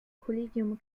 kollegium